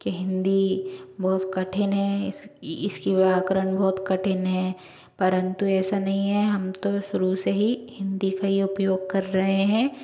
कि हिंदी बहुत कठिन है इसकी व्याकरण बहुत कठिन है परंतु ऐसा नहीं है हम तो शुरू से ही हिंदी का ही उपयोग कर रहें हैं